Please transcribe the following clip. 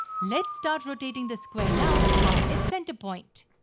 let's start rotating the square now about its centre point.